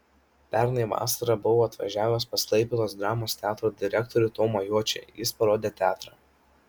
pernai vasarą buvau atvažiavęs pas klaipėdos dramos teatro direktorių tomą juočį jis parodė teatrą